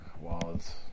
wallets